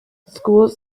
schools